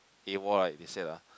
AWOL right he said ah